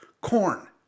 corn